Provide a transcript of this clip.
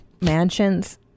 mansions